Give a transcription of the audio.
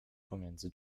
pomiędzy